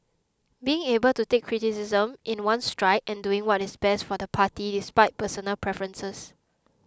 being able to take criticism in one's stride and doing what is best for the party despite personal preferences